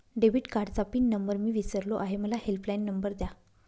debit कार्डचा pin number मी विसरलो आहे मला हेल्पलाइन नंबर द्या